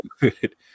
good